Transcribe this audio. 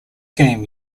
game